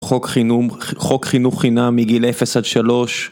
חוק חינוך חינם מגיל 0 עד 3